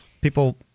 people